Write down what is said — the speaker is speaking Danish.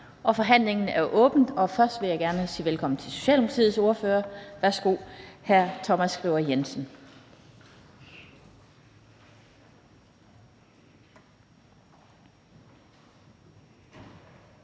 Forhandlingen er åbnet, og først vil jeg gerne sige velkommen til Socialdemokratiets ordfører.